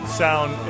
sound